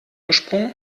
gesprungen